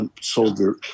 Soldier